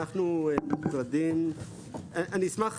אני אשמח